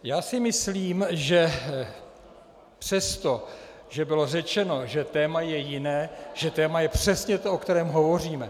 Já si myslím, že přesto, že bylo řečeno, že téma je jiné, tak téma je přesně to, o kterém hovoříme.